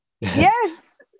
Yes